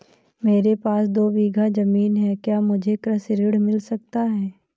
मेरे पास दो बीघा ज़मीन है क्या मुझे कृषि ऋण मिल सकता है?